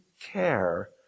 care